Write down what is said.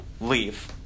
leave